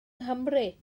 nghymru